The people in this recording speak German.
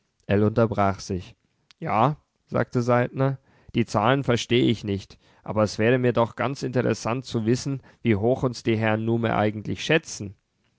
ell unterbrach sich ja sagte saltner die zahlen verstehe ich nicht aber es wäre mir doch ganz interessant zu wissen wie hoch uns die herren nume eigentlich einschätzen